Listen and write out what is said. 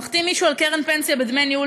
מחתים מישהו על קרן פנסיה בדמי ניהול